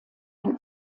ein